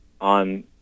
on